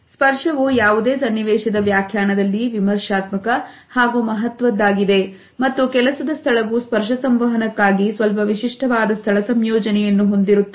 ಸ್ಪರ್ಶವುಯಾವುದೇ ಸನ್ನಿವೇಶದ ವ್ಯಾಖ್ಯಾನದಲ್ಲಿ ವಿಮರ್ಶಾತ್ಮಕ ಹಾಗೂ ಮಹತ್ವದಾಗಿದೆ ಮತ್ತು ಕೆಲಸದ ಸ್ಥಳವು ಸ್ಪರ್ಶ ಸಂವಹನಕ್ಕಾಗಿ ಸ್ವಲ್ಪ ವಿಶಿಷ್ಟವಾದ ಸ್ಥಳ ಸಂಯೋಜನೆಯನ್ನು ಹೊಂದಿರುತ್ತದೆ